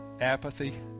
apathy